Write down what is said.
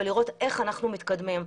ולראות איך אנחנו מתקדמים.